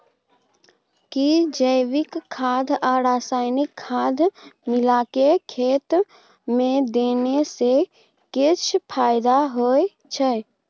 कि जैविक खाद आ रसायनिक खाद मिलाके खेत मे देने से किछ फायदा होय छै?